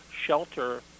shelter